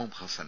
M Hassan